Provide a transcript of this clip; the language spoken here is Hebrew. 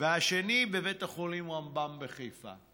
והשני בבית החולים רמב"ם בחיפה.